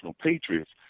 patriots